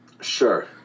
Sure